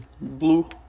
blue